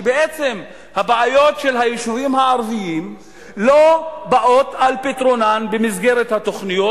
שבעצם הבעיות של היישובים הערביים לא באות על פתרונן במסגרת התוכניות,